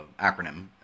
acronym